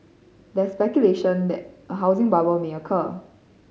there is speculation that a housing bubble may occur